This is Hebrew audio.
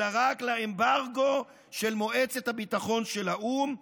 אלא רק לאמברגו של מועצת הביטחון של האו"ם,